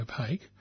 opaque